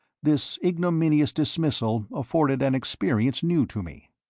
this ignominious dismissal afforded an experience new to me.